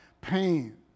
pain